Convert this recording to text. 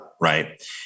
right